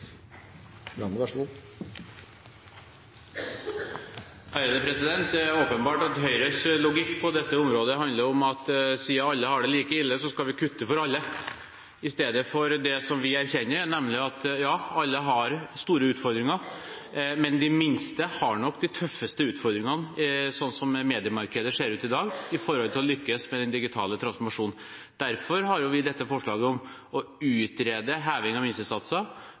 åpenbart at Høyres logikk på dette området handler om at siden alle har det like ille, skal vi kutte for alle, i stedet for det som vi erkjenner, nemlig at ja, alle har store utfordringer, men de minste har nok de tøffeste utfordringene – sånn som mediemarkedet ser ut i dag – når det gjelder å lykkes med den digitale transformasjonen. Derfor har vi dette forslaget om å utrede en heving av